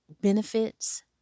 benefits